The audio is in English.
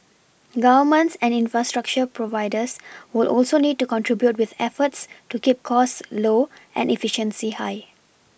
Governments and infrastructure providers will also need to contribute with efforts to keep cost low and efficiency high